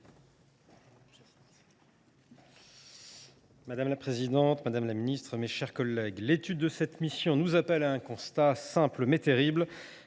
Madame la présidente, madame la ministre, mes chers collègues, l’étude de cette mission nous conduit à faire un constat simple, mais terrible